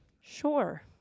Sure